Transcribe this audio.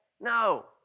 No